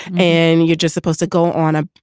and you're just supposed to go on a,